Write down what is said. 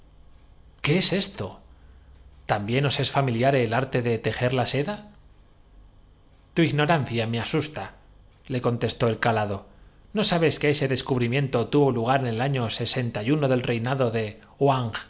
qué es esto también os es familiar el arte de dio eso son las bombas que van á sofocarlo tejer la seda las bombas prorrumpieron todos tu ignorancia me asustale contestó el calado que le echen á usted un rocióndijo la de pinto no sabes que ese descubrimiento tuvo lugar en el á su amo á ver si le calman á usted esos ardores de año sesenta y uno del reinado de